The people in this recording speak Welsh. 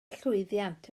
llwyddiant